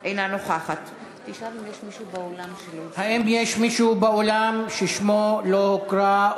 אינה נוכחת האם יש מישהו באולם ששמו לא הוקרא,